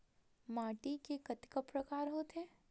माटी के कतका प्रकार होथे?